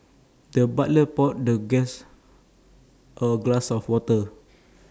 the butler poured the guest A glass of water